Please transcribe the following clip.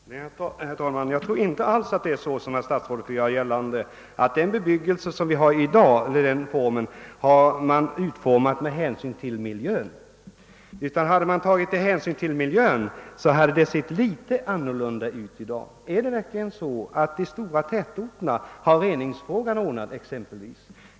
Herr talman! Jag tror inte alls att det är så, som herr statsrådet vill göra gällande, att den bebyggelse vi har i dag har utformats med tanke på miljön. Hade man tagit hänsyn till miljön hade det sett litet annorlunda ut i dag i vårt samhälle. Är det verkligen så, att de stora tätorterna har exempelvis reningsfrågan ordnad?